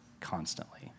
constantly